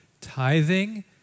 Tithing